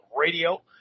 Radio